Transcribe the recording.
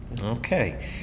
Okay